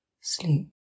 sleep